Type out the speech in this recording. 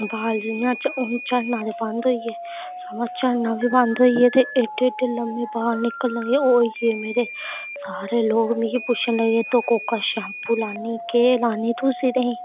बाल जि'यां ते झड़ना ते बंद होई गे सगुआं झड़ना बी बंद होई गे ते एड्डे एड्डे लम्मे बाल निकलन लगे ओह् होई गे मेरे सारे लोक मिगी पुच्छन लगे केह् लान्नी तूं सिरै ई